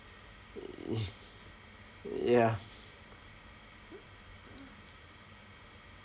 it ya